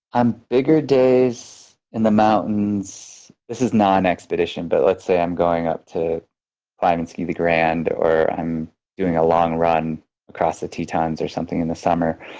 bigger days in the mountains, this is non expedition but let's say i'm going up to climb and ski the grand or i'm doing a long run across the tetons or something in the summer.